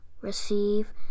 receive